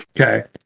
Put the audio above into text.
Okay